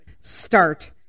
start